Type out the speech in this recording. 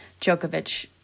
Djokovic